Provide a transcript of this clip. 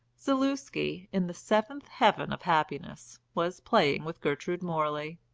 zaluski, in the seventh heaven of happiness, was playing with gertrude morley,